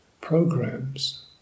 programs